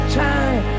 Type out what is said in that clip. time